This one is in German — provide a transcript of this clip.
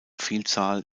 vielzahl